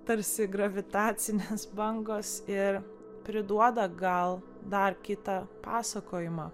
tarsi gravitacinės bangos ir priduoda gal dar kitą pasakojimą